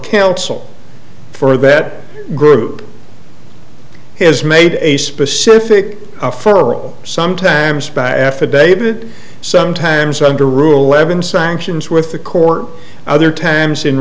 counsel for that group has made a specific federal sometimes by affidavit sometimes under rule eleven sanctions with the core other times in